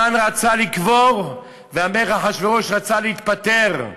המן רצה לקבור והמלך אחשוורוש רצה להיפטר,